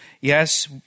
Yes